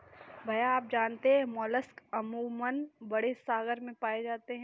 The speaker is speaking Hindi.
भैया जानते हैं मोलस्क अमूमन बड़े सागर में पाए जाते हैं